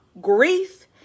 grief